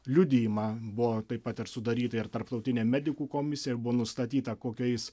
liudijimą buvo taip pat ir sudaryta ir tarptautinė medikų komisija ir buvo nustatyta kokiais